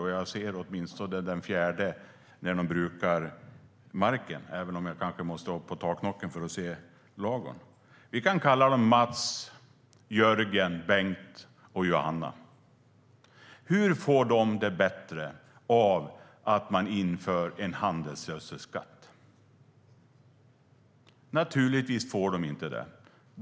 Och jag ser en fjärde åtminstone när de brukar marken, även om jag kanske måste upp på taknocken för att se ladugården. Vi kan kalla bönderna för Mats, Jörgen, Bengt och Johanna. Hur får de det bättre genom att man inför en handelsgödselskatt? Naturligtvis får de inte det bättre.